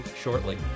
shortly